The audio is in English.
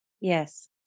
Yes